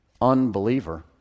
unbeliever